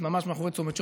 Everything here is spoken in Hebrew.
ממש מאחורי צומת שוקת,